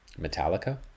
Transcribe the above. Metallica